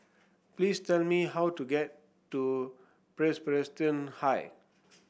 please tell me how to get to Presbyterian High